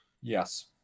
Yes